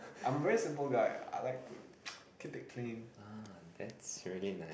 ah that's really nice